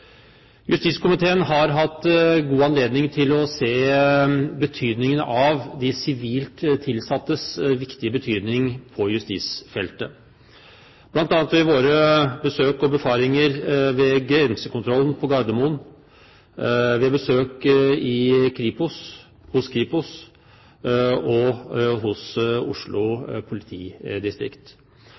Justiskomiteen har hatt god anledning til å se betydningen av de sivilt tilsatte på justisfeltet, bl.a. ved våre besøk og befaringer ved grensekontrollen på Gardermoen, ved besøk hos Kripos og i Oslo politidistrikt.